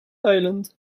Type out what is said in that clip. island